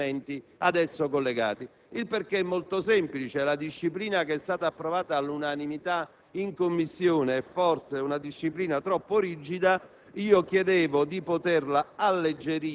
46-*bis* e quindi gli emendamenti ad esso collegati. Il perché è molto semplice: la disciplina approvata all'unanimità in Commissione è forse troppo rigida,